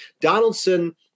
Donaldson –